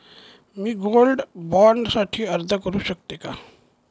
मी gold bond साठी अर्ज करु शकते का?